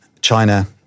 China